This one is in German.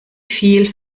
viel